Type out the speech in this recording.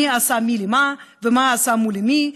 מי עשה מי למה ומה עשה מו למי,